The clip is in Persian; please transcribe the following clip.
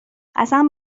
قسم